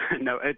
No